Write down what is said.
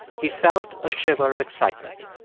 he felt a shiver of excitement.